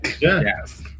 Yes